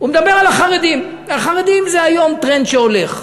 הוא מדבר על החרדים, החרדים זה היום טרנד שהולך.